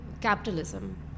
Capitalism